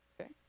Okay